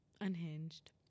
unhinged